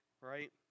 right